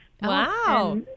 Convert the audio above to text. Wow